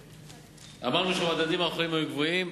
אמרנו שהמדדים האחרונים היו גבוהים,